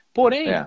porém